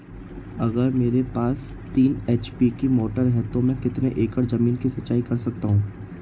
अगर मेरे पास तीन एच.पी की मोटर है तो मैं कितने एकड़ ज़मीन की सिंचाई कर सकता हूँ?